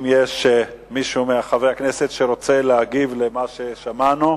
אם יש מישהו מחברי הכנסת שרוצה להגיב על מה ששמענו,